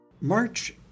March